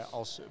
als